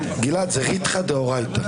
גלעד, זה ריתחא דאורייתא.